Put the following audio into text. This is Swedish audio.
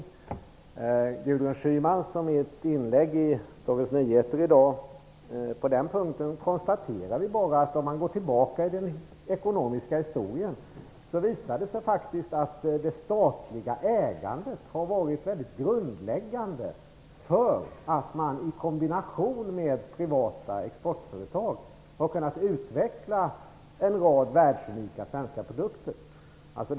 I Gudrun Schymans och mitt inlägg i Dagens Nyheter i dag konstaterar vi bara att om man går tillbaka till den ekonomiska historien, så visar det sig faktiskt att det statliga ägandet har varit väldigt grundläggande för att man i kombination med privata exportföretag har kunnat utveckla en rad världsunika svenska produkter.